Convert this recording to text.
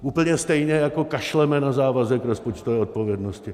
Úplně stejně jako kašleme na závazek rozpočtové odpovědnosti.